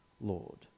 Lord